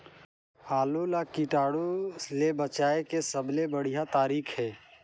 आलू ला कीटाणु ले बचाय के सबले बढ़िया तारीक हे?